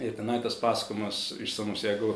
ir tenai tas pasakojimas išsamus jeigu